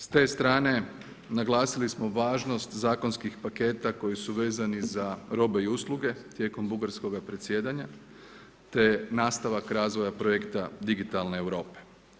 S te strane naglasili smo važnost zakonskih paketa koji su vezani za robe i usluge tijekom bugarskoga predsjedanja te nastavak razvoja projekta Digitalne Europe.